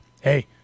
hey